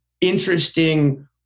interesting